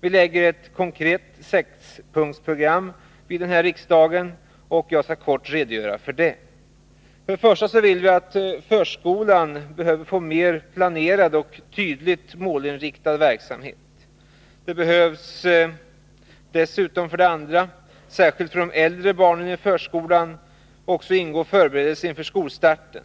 Vi lägger därför fram ett konkret sexpunktsprogram för riksdagen, och jag skall kort redogöra för det. 1. Förskolan behöver få en mer planerad och tydligt målinriktad verksamhet. 2. Särskilt för de äldre barnen i förskolan bör också ingå förberedelser inför skolstarten.